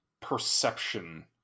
perception